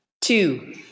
two